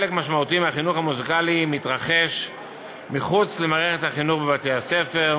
חלק משמעותי מהחינוך המוזיקלי מתרחש מחוץ למערכת החינוך בבתי-הספר.